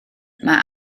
mae